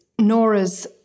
Nora's